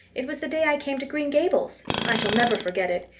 it was the day i came to green gables. i shall never forget it.